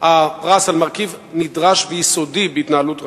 הפרס על מרכיב נדרש ויסודי בהתנהלות רשות?